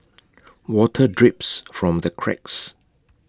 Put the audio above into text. water drips from the cracks